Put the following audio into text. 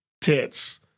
tits